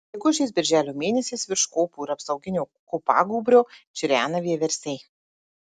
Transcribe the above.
gegužės birželio mėnesiais virš kopų ir apsauginio kopagūbrio čirena vieversiai